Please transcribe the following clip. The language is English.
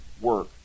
work